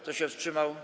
Kto się wstrzymał?